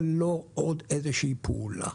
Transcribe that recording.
זה לא עוד איזושהי פעולה.